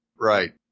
Right